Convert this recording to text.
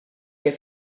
què